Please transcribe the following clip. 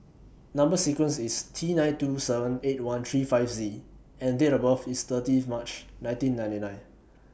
Number sequence IS T nine two seven eight one three five Z and Date of birth IS thirtieth March nineteen ninety nine